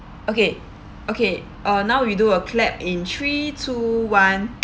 okay okay uh now we do a clap in three two one